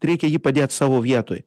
reikia jį padėt savo vietoj